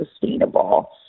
sustainable